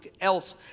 else